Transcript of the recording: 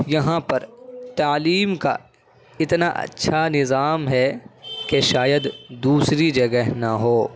یہاں پر تعلیم کا اتنا اچھا نظام ہے کہ شاید دوسری جگہ نہ ہو